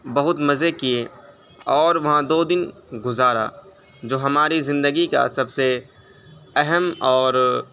بہت مزے کیے اور وہاں دو دن گزارا جو ہماری زندگی کا سب سے اہم اور